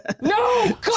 No